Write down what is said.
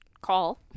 call